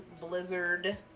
Blizzard